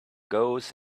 goes